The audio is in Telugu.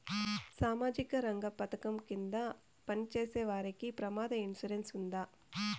సామాజిక రంగ పథకం కింద పని చేసేవారికి ప్రమాద ఇన్సూరెన్సు ఉందా?